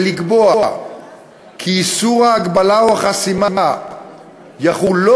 ולקבוע כי איסור ההגבלה או החסימה יחול לא